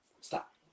stop